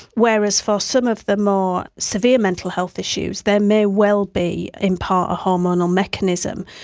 whereas for some of the more severe mental health issues they may well be in part a hormonal mechanism.